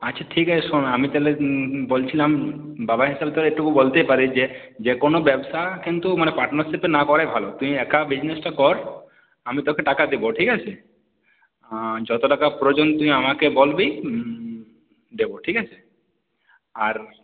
আচ্ছা ঠিক আছে শোন আমি তাহলে বলছিলাম বাবা হিসাবে তোর এটুকু বলতেই পারি যে যেকোন ব্যবসা কিন্তু মানে পার্টনারশিপে না করাই ভালো তুই একা বিজনেসটা কর আমি তোকে টাকা দেবো ঠিক আছে যত টাকা প্রয়োজন তুই আমকে বলবি দেবো ঠিক আছে আর